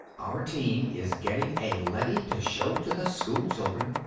our team is getting a leady to show to the school children.